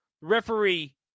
Referee